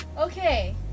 Okay